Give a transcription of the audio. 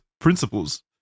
principles